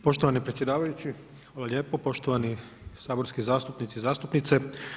Poštovani predsjedavajući hvala lijepo, poštovani saborski zastupnici i zastupnice.